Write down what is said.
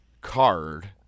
card